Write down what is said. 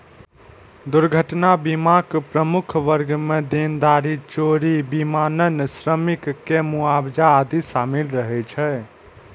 दुर्घटना बीमाक प्रमुख वर्ग मे देनदारी, चोरी, विमानन, श्रमिक के मुआवजा आदि शामिल रहै छै